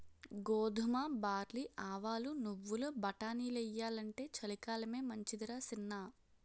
గోధుమ, బార్లీ, ఆవాలు, నువ్వులు, బటానీలెయ్యాలంటే చలికాలమే మంచిదరా సిన్నా